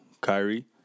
Kyrie